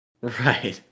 Right